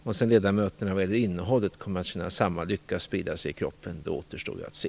Om sedan ledamöterna vad gäller innehållet kommer att känna samma lycka sprida sig i kroppen återstår att se.